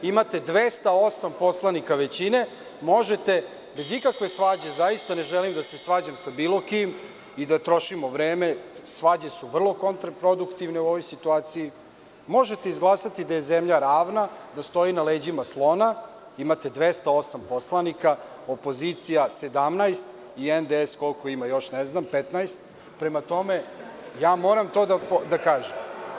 Imate 208 poslanika većine, bez ikakve svađe, zaista ne želim da se svađam s bilo kim i da trošimo vreme, svađe su vrlo kontraproduktivne u ovoj situaciji, možete izglasati da je zemlja ravna, da stoji na leđima slona, imate 208 poslanika, opozicija 17 i NDS 15, prema tome, ja moram to da kažem.